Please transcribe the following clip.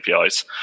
APIs